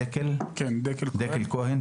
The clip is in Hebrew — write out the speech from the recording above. דקל כהן,